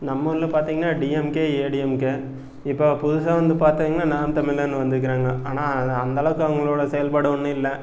நம்ம ஊரில் பார்த்திங்கன்னா டிஎம்கே ஏடிஎம்கே இப்போ புதுசாக வந்து பார்த்திங்கன்னா நாம் தமிழர்னு வந்திருக்கிறாங்க ஆனால் அது அந்தளவுக்கு அவங்களோடய செயல்பாடு ஒன்றும் இல்லை